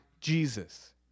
Jesus